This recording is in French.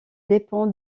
dépend